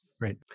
Right